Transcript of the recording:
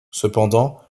cependant